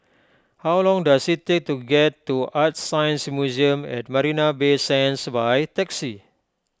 how long does it take to get to ArtScience Museum at Marina Bay Sands by taxi